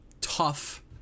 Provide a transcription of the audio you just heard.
tough